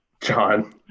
John